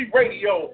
radio